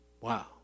Wow